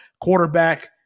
quarterback